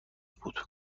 بود